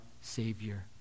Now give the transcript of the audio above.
Savior